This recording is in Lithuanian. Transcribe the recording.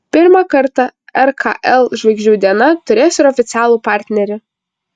pirmą kartą rkl žvaigždžių diena turės ir oficialų partnerį